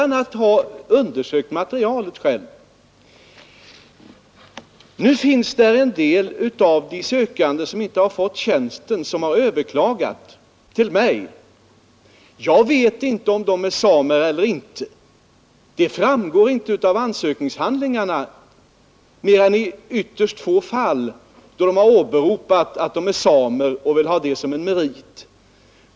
Nu har vissa av de sökande som inte fått tjänsten överklagat hos mig. Jag vet inte om de är samer eller inte. Det framgår inte av ansökningshandlingarna annat än i ytterst få fall, då vederbörande åberopat att de är samer och vill få det betraktat som en merit.